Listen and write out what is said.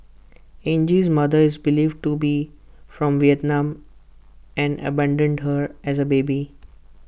Angie's mother is believed to be from Vietnam and abandoned her as A baby